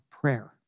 prayer